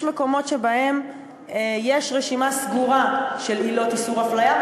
יש מקומות שבהם יש רשימה סגורה של עילות איסור הפליה,